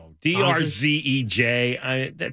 D-R-Z-E-J